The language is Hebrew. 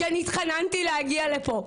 כי אני התחננתי להגיע לפה.